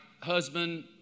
husband